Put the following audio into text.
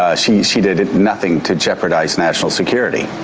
ah she she did nothing to jeopardize national security.